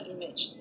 image